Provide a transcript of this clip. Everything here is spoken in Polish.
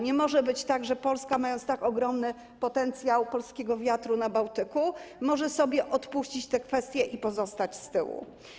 Nie może być tak, że Polska, mając tak ogromny potencjał polskiego wiatru na Bałtyku, może sobie odpuścić te kwestie i pozostać z tyłu.